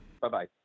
Bye-bye